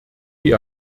die